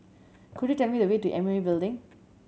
could you tell me the way to M O E Building